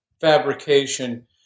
fabrication